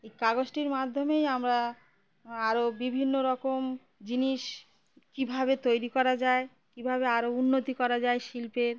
এই কাগজটির মাধ্যমেই আমরা আরও বিভিন্ন রকম জিনিস কীভাবে তৈরি করা যায় কীভাবে আরও উন্নতি করা যায় শিল্পের